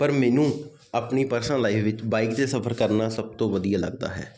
ਪਰ ਮੈਨੂੰ ਆਪਣੀ ਪਰਸਨਲ ਲਾਈਫ ਵਿੱਚ ਬਾਈਕ 'ਤੇ ਸਫਰ ਕਰਨਾ ਸਭ ਤੋਂ ਵਧੀਆ ਲੱਗਦਾ ਹੈ